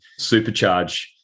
supercharge